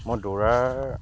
মই দৌৰাৰ